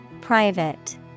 Private